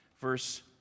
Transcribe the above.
verse